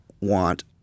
want